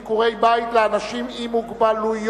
ביקורי בית לאנשים עם מוגבלויות)